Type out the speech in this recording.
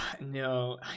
No